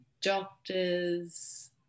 doctors